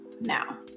now